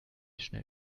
schnell